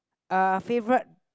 uh favourite